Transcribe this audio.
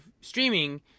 streaming